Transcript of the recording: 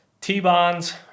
T-Bonds